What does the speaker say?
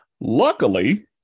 Luckily